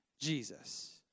Jesus